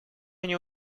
они